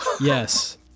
Yes